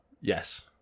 yes